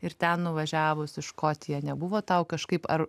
ir ten nuvažiavus į škotiją nebuvo tau kažkaip ar